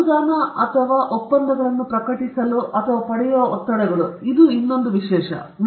ಅನುದಾನ ಅಥವಾ ಒಪ್ಪಂದಗಳನ್ನು ಪ್ರಕಟಿಸಲು ಅಥವಾ ಪಡೆಯುವ ಒತ್ತಡಗಳು ಇದು ಮತ್ತೊಂದು ವಿಷಯ